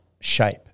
shape